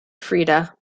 frieda